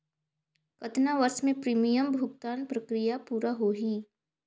कतना वर्ष मे प्रीमियम भुगतान प्रक्रिया पूरा होही?